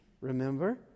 remember